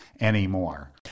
anymore